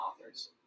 authors